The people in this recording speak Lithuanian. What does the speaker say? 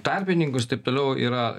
tarpininkus ir taip toliau yra